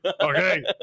Okay